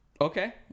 Okay